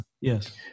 Yes